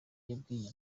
yabwiye